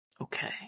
Okay